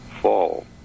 fall